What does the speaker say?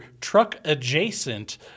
truck-adjacent